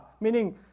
Meaning